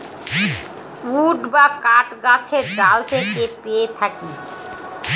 would বা কাঠ গাছের ডাল থেকে পেয়ে থাকি